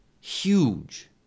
Huge